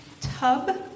tub